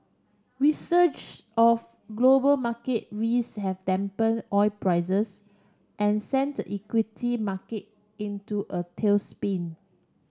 of global market risks have dampen oil prices and sent the equity market into a tailspin